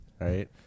right